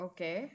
Okay